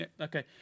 Okay